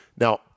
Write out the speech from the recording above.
Now